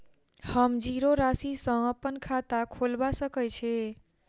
हम जीरो राशि सँ अप्पन खाता खोलबा सकै छी?